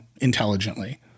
intelligently